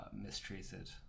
mistreated